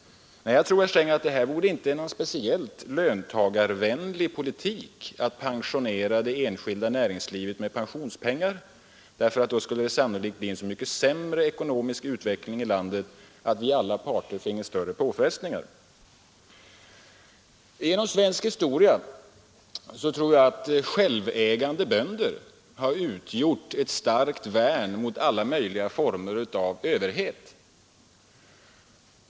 Nej, herr Sträng, jag tror inte att det är någon speciellt löntagarvänlig politik att pensionera det enskilda näringslivet med pensionspengar. Då blir det sannolikt en så mycket sämre ekonomisk utveckling i landet att alla parter utsätts för större påfrestningar. Genom svensk historia har självägande bönder utgjort ett starkt värn mot alla möjliga former av överhet.